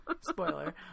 Spoiler